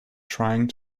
trying